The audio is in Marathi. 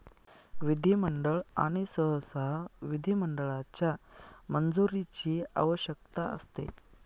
विधिमंडळ आणि सहसा विधिमंडळाच्या मंजुरीची आवश्यकता असते